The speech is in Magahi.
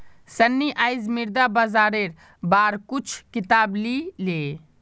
सन्नी आईज मुद्रा बाजारेर बार कुछू किताब ली ले